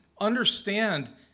understand